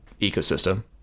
ecosystem